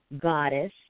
goddess